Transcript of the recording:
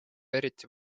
eriti